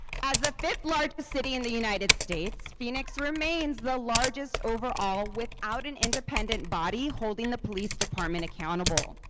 as the fifth largest city in the united states, phoenix remains the largest overall without an independent body holding the police department accountable.